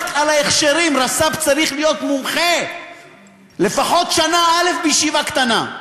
רק על ההכשרים רס"פ צריך להיות מומחה לפחות שנה א' בישיבה קטנה.